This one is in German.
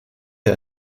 der